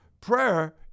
Prayer